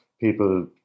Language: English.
people